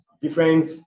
different